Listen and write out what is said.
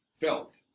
felt